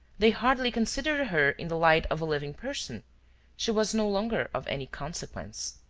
they hardly considered her in the light of a living person she was no longer of any consequence.